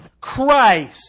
Christ